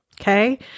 Okay